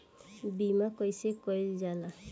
बीमा कइसे कइल जाला?